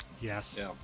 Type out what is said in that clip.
yes